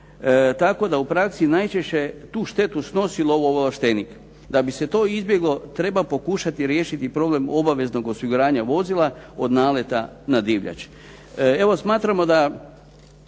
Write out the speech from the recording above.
tako da u praksi najčešće tu štetu snosi lovoovlaštenik. Da bi se to izbjeglo treba pokušati riješiti problem obaveznog osiguranja vozila od naleta na divljač.